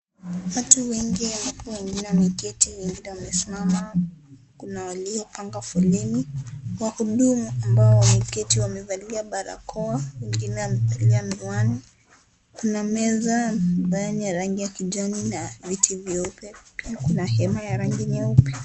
Watu wengi hapo wengine wameketi wengine wamesimama, kuna walio panga foleni. Wahudumu ambao wameketi wamevalia barakoa wengine wamevalia miwani, kuna meza ambayo ni rangi ya kijani na viti vyeupe pia kuna hema ya rangi nyeupe.